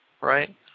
right